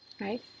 right